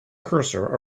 cursor